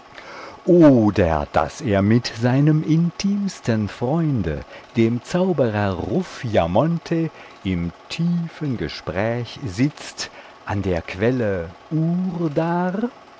daß er mit seinem intimsten freunde dem zauberer ruffiamonte im tiefen gespräch sitzt an der quelle